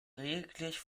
lediglich